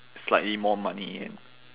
slightly more money and